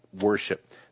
worship